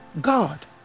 God